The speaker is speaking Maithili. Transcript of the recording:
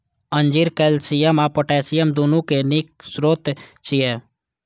अंजीर कैल्शियम आ पोटेशियम, दुनू के नीक स्रोत छियै